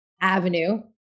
avenue